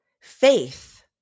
faith